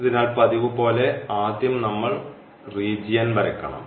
അതിനാൽ പതിവുപോലെ ആദ്യം നമ്മൾ റീജിയൻ വരയ്ക്കണം